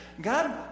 God